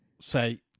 say